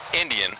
Indian